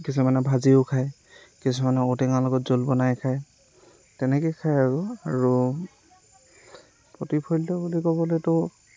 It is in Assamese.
কিছুমানে ভাজিও খায় কিছুমানে ঔটেঙাৰ লগত জোল বনাই খায় তেনেকৈয়ে খায় আৰু আৰু প্ৰতিফলিত বুলি ক'বলৈতো